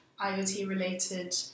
IoT-related